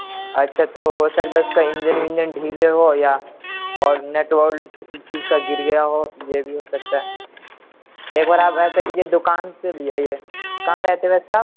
اچھا تو ہو سکتا ہے اس کا انجن ونجن ڈھیلے ہو یا اور نٹ بولٹ کسی چیز کا گر گیا ہو یہ بھی ہو سکتا ہے ایک بار آپ ایسا کیجیے دکان پہ لے آئیے کہاں رہتے ہیں ویسے آپ